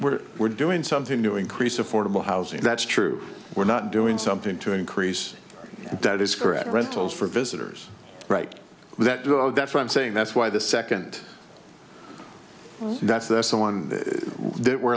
have we're doing something to increase affordable housing that's true we're not doing something to increase that is correct rentals for visitors right for that though that from saying that's why the second that's that's the one that we're